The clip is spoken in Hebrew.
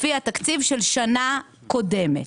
לפי התקציב של שנה קודמת.